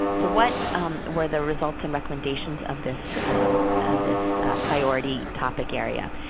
what were the results and recommendations of this of this priority topic area?